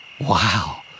Wow